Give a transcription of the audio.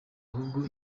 ahubwo